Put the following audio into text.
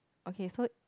okay so